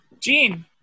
gene